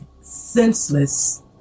senseless